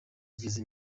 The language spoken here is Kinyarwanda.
ageze